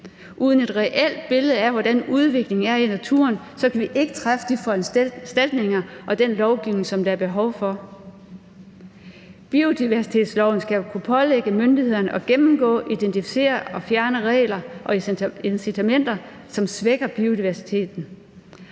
Uden et reelt billede af, hvordan udviklingen er i naturen, kan vi ikke træffe de foranstaltninger og lave den lovgivning, som der er behov for. Biodiversitetsloven skal kunne pålægge myndighederne at gennemgå, identificere og fjerne regler og incitamenter, som svækker biodiversiteten.